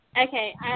Okay